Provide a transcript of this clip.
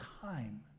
time